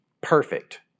perfect